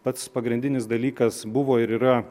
pats pagrindinis dalykas buvo ir yra